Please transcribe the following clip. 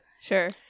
Sure